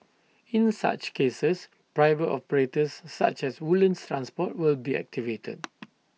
in such cases private operators such as Woodlands transport will be activated